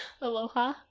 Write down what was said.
Aloha